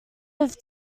have